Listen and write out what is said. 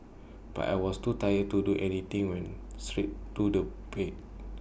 but I was too tired to do anything went straight to do bed